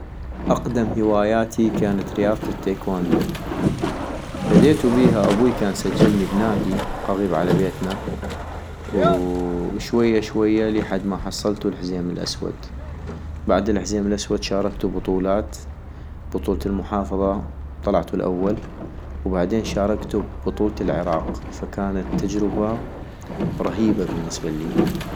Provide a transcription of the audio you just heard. اقدم هواياتي كانت رياضة التايكوندو ، بديتو بيها أبوي كان سجلني بنادي قغيب على بيتنا وشوية شوية لي حد ما حصلتو الحزيم الأسود ، بعد الحزيم الأسود شاركتو ابطولات ، بطولة المحافظة طلعتو الأول وبعدين شاركتو ابطولة العراق ، فكانت تجربة رهيبة بالنسبة الي